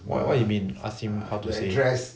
what what you mean ask him how to say